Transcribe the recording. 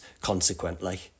consequently